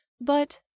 But